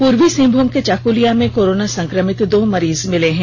पूर्वी सिंहभूम के चाकुलिया में कोरोना संकमित दो मरीज मिले हैं